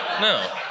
No